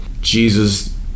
Jesus